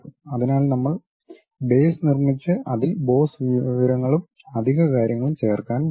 അതിനാൽ നമ്മൾ ബേസ് നിർമ്മിച്ചു അതിൽ ബോസ് വിവരങ്ങളും അധിക കാര്യങ്ങളും ചേർക്കാൻ പോകുന്നു